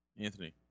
Anthony